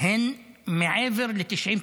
הוא מעבר ל-90%,